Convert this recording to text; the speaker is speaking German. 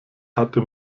hatte